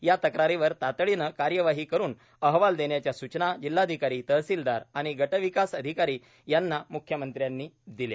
या तक्रारींवर तातडीने कार्यवाही करून अहवाल देण्याच्या सूचना जिल्हाधिकारी तहसीलदार आणि गटविकास अधिकारी यांना मुख्यमंत्र्यांनी दिल्या